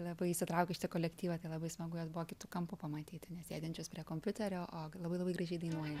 labai įsitraukė į šitą kolektyvą tai labai smagu juos buvo kitu kampu pamatyti ne sėdinčius prie kompiuterio o labai labai gražiai dainuoja